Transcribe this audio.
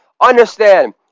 Understand